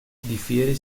difiere